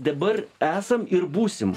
dabar esam ir būsim